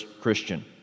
Christian